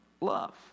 love